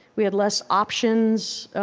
we had less options,